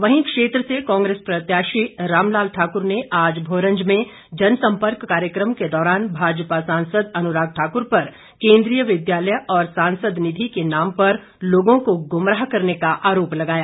वहीं क्षेत्र से कांग्रेस प्रत्याशी रामलाल ठाकुर ने आज भोरंज में जनसम्पर्क कार्यक्रम के दौरान भाजपा सांसद अनुराग ठाकुर पर केन्द्रीय विद्यालय और सांसद निधि के नाम पर लोगों को गुमराह करने का आरोप लगाया